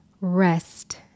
rest